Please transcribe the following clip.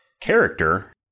character